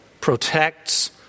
protects